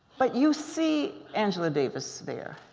but you see angela davis there.